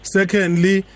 Secondly